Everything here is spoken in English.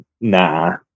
nah